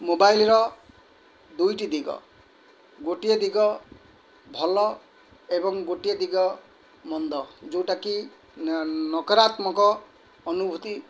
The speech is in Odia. ମୋବାଇଲ୍ର ଦୁଇଟି ଦିଗ ଗୋଟିଏ ଦିଗ ଭଲ ଏବଂ ଗୋଟିଏ ଦିଗ ମନ୍ଦ ଯେଉଁଟା କି ନକରାତ୍ମକ ଅନୁଭୂତି